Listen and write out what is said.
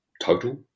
total